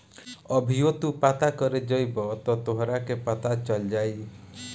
अभीओ तू पता करे जइब त तोहरा के पता चल जाई